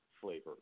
flavor